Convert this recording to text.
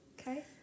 Okay